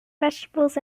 vegetables